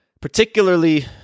particularly